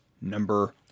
number